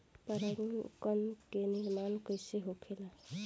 पराग कण क निर्माण कइसे होखेला?